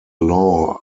law